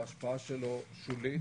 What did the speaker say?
ההשפעה שלו שולית,